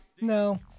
No